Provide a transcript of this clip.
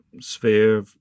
sphere